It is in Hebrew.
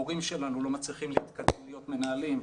המורים שלנו לא מצליחים להתקדם ולהיות מנהלים.